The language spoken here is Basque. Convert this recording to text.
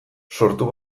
sortu